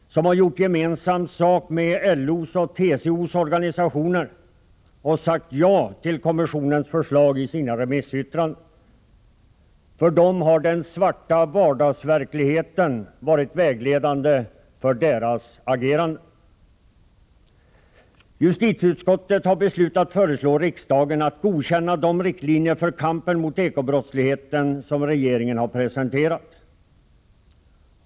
De har gjort gemensam sak med LO och TCO och i sina remissyttranden sagt ja till kommissionens förslag. Den svarta vardagsverkligheten har varit vägledande för deras agerande. Justitieutskottet har beslutat föreslå riksdagen att godkänna de riktlinjer för kampen mot den ekonomiska brottsligheten som regeringen har presenterat.